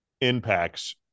impacts